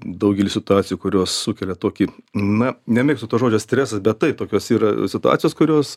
daugely situacijų kurios sukelia tokį na nemėgstu to žodžio stresas bet tai tokios yra situacijos kurios